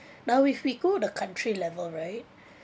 now if we go the country level right